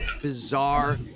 bizarre